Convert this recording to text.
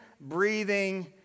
breathing